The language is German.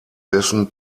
dessen